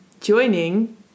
joining